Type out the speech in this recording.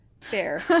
fair